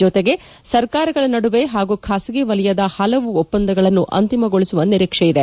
ಜೊತೆಗೆ ಸರ್ಕಾರಗಳ ನಡುವೆ ಹಾಗೂ ಖಾಸಗಿ ವಲಯದ ಹಲವು ಒಪ್ಪಂದಗಳನ್ನು ಅಂತಿಮಗೊಳಿಸುವ ನಿರೀಕ್ಷೆ ಇದೆ